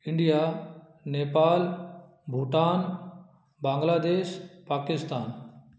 India Nepal Bhutan Bangladesh Pakistan